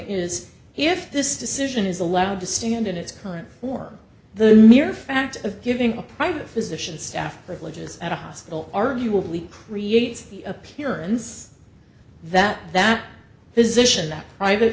the this decision is allowed to stand in its current form the mere fact of giving a private physician staff privileges at a hospital arguably creates the appearance that that physicians that private